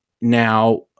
now